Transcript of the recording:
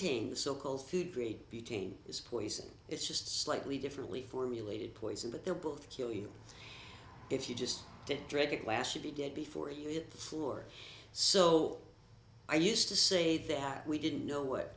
the so called food grade butane is poison it's just slightly differently formulated poison but they're both kill you if you just did drag a glass would be dead before you hit the floor so i used to say that we didn't know what